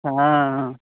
हॅं